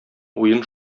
уен